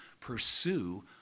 pursue